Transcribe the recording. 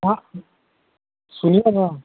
हाँ सुनिए न